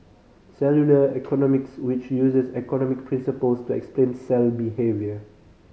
cellular economics which uses economic principles to explain cell behaviour